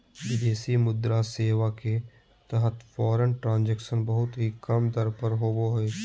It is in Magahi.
विदेशी मुद्रा सेवा के तहत फॉरेन ट्रांजक्शन बहुत ही कम दर पर होवो हय